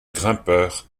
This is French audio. grimpeur